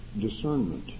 discernment